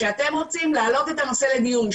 שאתם רוצים להעלות את הנושא לדיון,